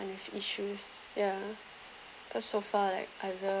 and have issues ya the so far like other